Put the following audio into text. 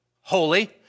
holy